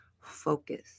focus